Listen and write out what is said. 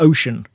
Ocean